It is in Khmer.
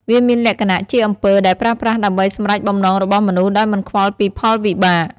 វាមានលក្ខណៈជាអំពើដែលប្រើប្រាស់ដើម្បីសម្រេចបំណងរបស់មនុស្សដោយមិនខ្វល់ពីផលវិបាក។